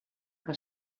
que